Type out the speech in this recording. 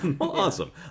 awesome